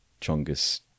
Chongus